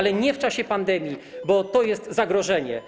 Ale nie w czasie pandemii, bo to jest zagrożenie.